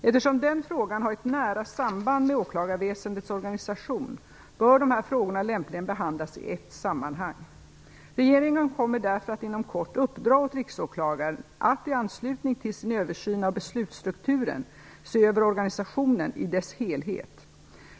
Eftersom denna fråga har ett nära samband med åklagarväsendets organisation bör dessa frågor lämpligen behandlas i ett sammanhang. Regeringen kommer därför att inom kort att uppdra åt Riksåklagaren att i anslutning till sin översyn av beslutsstrukturen se över organisationen i dess helhet.